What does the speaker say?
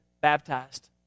baptized